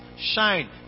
shine